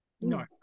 No